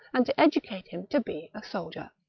and to educate him to be a soldier.